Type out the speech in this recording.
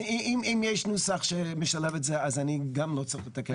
אז אם יש נוסח שמשלב את זה אז גם לא צריך לתקן.